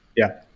yeah.